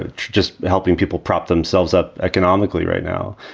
ah just helping people prop themselves up economically right now.